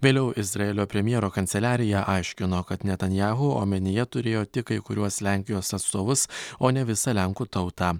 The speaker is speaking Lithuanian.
vėliau izraelio premjero kanceliarija aiškino kad netanjahu omenyje turėjo tik kai kuriuos lenkijos atstovus o ne visa lenkų tauta